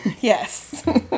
Yes